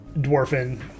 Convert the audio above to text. dwarfing